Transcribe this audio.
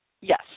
Yes